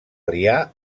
aliar